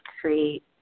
create